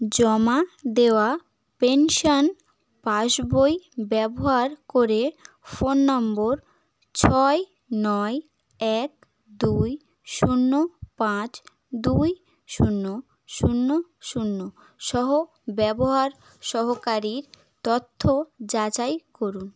জমা দেওয়া pension pass বই ব্যবহার করে ফোন নম্বর ছয় নয় এক দুই শূন্য পাঁচ দুই শূন্য শূন্য শূন্য সহ ব্যবহার সহকারীর তথ্য যাচাই করুন